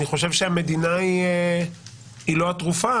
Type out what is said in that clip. אני חושב שהמדינה היא לא התרופה,